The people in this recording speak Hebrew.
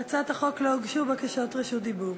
להצעת החוק לא הוגשו בקשות רשות דיבור.